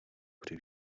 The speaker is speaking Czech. při